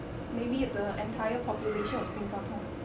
maybe the entire population of singapore